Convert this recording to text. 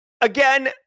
Again